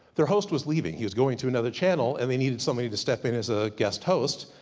their host was leaving, he was going to another channel, and they needed somebody to step in as a guest host,